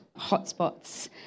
hotspots